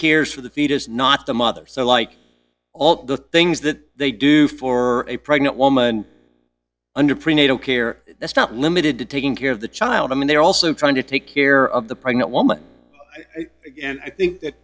cares for the fetus not the mother so like all the things that they do for a pregnant woman under prenatal care that's not limited to taking care of the child and they're also trying to take care of the pregnant woman and i think that